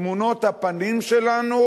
תמונות הפנים שלנו?